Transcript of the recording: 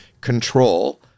control